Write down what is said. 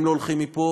הם לא הולכים מפה,